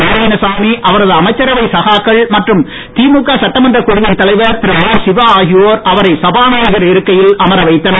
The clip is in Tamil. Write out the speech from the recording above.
நாராயணசாமி அவரது அமைச்சரவை சகாக்கள் மற்றும் திமுக சட்டமன்றக் குழுவின் தலைவர் திரு ஆர் சிவா ஆகியோர் அவரை சபாநாயகர் இருக்கையில் அமரவைத்தனர்